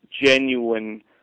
genuine